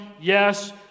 yes